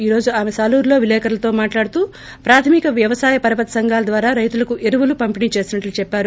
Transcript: ఈ రోజు ఆమె సాలూరులో విలేకరులతో మాట్లాడుతూ ప్రాధమిక వ్వవసాయ పరపతి సంఘాల ద్వారా రైతులకు ఎరువులు పంపిణీ చేసినట్లు చెప్పారు